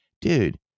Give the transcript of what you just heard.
Dude